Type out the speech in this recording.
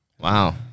Wow